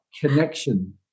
connection